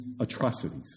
atrocities